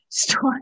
story